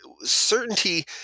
Certainty